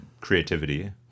creativity